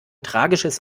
tragisches